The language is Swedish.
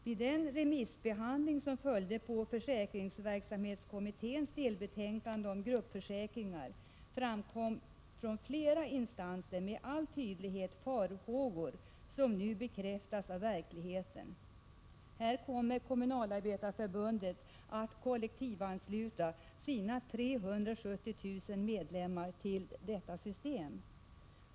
Vid den remissbehandling som följde på försäkringsverksamhetskommitténs delbetänkande om gruppförsäkringar framfördes från flera instanser tydliga farhågor, som nu bekräftas av verkligheten. Nu kommer Kommunalarbetareförbundet att kollektivansluta sina 370 000 medlemmar till denna försäkring.